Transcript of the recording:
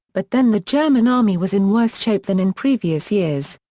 but then the german army was in worse shape than in previous years.